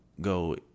go